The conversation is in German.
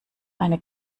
eine